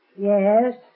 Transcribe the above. Yes